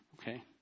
Okay